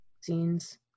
scenes